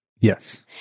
Yes